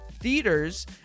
theaters